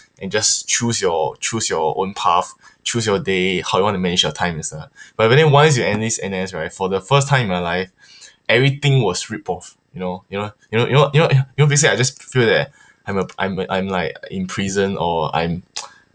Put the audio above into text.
and just choose your choose your own path choose your day how you wanna manage your time and stuff but but then once you enlist N_S right for the first time in my life everything was rip off you know you know you know you know you know y~ you know basically I just feel that I'm a p~ I'm I'm like in prison or I'm like